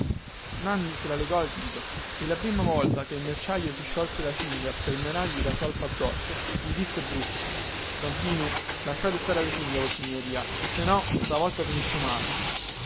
nanni se la legò al dito e la prima volta che il merciaio si sciolse la cinghia per menargli la solfa addosso gli disse brusco don tinu lasciatela stare la cinghia vossignoria chè se no stavolta finisce male